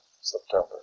September